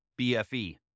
BFE